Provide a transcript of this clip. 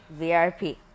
VRP